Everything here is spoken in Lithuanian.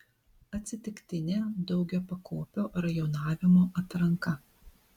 atsitiktinė daugiapakopio rajonavimo atranka